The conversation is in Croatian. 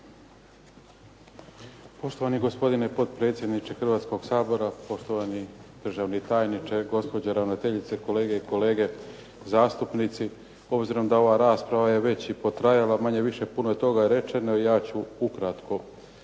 Poštovani gospodine potpredsjedniče Hrvatskog sabora, poštovani državni tajniče, gospođo ravnateljice, kolegice i kolege zastupnici. Obzirom da ova rasprava je već i potrajala. Manje više puno toga je rečeno i ja ću ukratko